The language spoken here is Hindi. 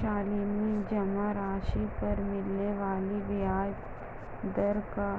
शालिनी जमा राशि पर मिलने वाले ब्याज दर का